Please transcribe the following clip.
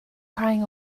crying